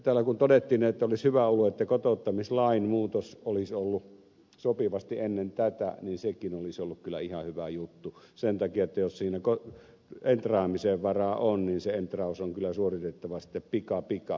täällä kun todettiin että olisi hyvä ollut että kotouttamislain muutos olisi ollut sopivasti ennen tätä niin sekin olisi ollut kyllä ihan hyvä juttu sen takia että jos siinä entraamisen varaa on niin se entraus on kyllä suoritettava sitten pikapikaa